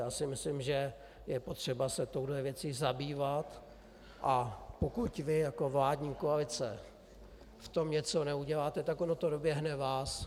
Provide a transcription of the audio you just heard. Já si myslím, že je potřeba se touto věcí zabývat, a pokud vy jako vládní koalice v tom něco neuděláte, tak ono to doběhne vás.